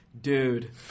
dude